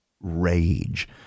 rage